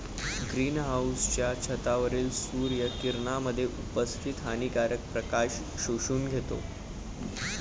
green हाउसच्या छतावरील सूर्य किरणांमध्ये उपस्थित हानिकारक प्रकाश शोषून घेतो